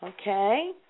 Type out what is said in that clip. Okay